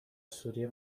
سوریه